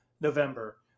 November